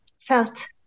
felt